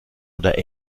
oder